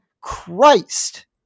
Christ